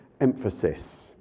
emphasis